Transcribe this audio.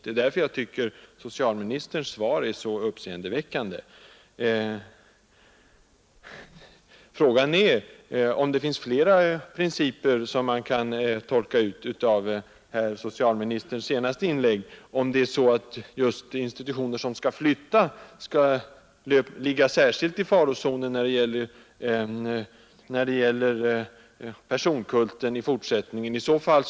Det är därför jag tycker att socialministerns svar är så uppseendeväckande. Frågan är om det finns flera principer som man kan tolka ut av socialministerns senaste inlägg. Om t.ex. institutioner som skall flytta ligger i farozonen mer än andra när det gäller den fortsatta tillämpningen av personkulten.